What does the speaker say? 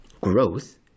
growth